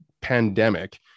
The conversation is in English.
pandemic